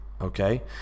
okay